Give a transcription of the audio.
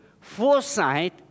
foresight